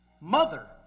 mother